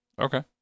Okay